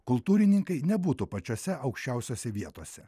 kultūrininkai nebūtų pačiose aukščiausiose vietose